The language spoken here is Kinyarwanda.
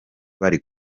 bari